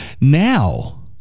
now